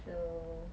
uh